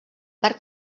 parc